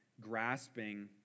grasping